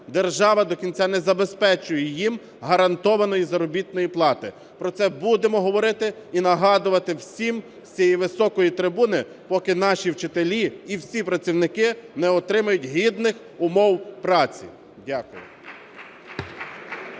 Держава до кінця не забезпечує їм гарантованої заробітної плати. Про це будемо говорити і нагадувати всім з цієї високої трибуни, поки наші вчителі і всі працівники не отримають гідних умов праці. Дякую.